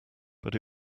but